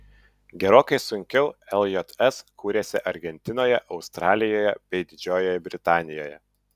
gerokai sunkiau ljs kūrėsi argentinoje australijoje bei didžiojoje britanijoje